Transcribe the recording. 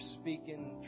speaking